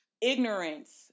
ignorance